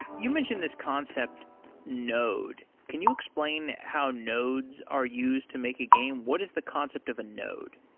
you mentioned this concept node. can you explain how nodes are used to make a game? what is the concept of a node?